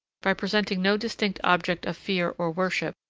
by presenting no distinct object of fear or worship,